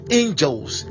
angels